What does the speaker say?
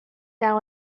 down